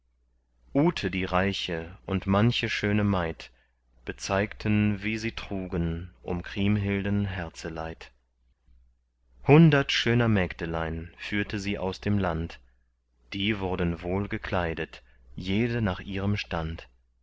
ute die reiche und manche schöne maid bezeigten wie sie trugen um kriemhilden herzeleid hundert schöner mägdelein führte sie aus dem land die wurden wohl gekleidet jede nach ihrem stand